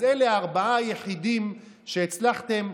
אז אלה הארבעה היחידים שהצלחתם.